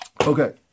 Okay